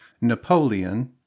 Napoleon